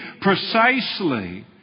Precisely